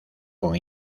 con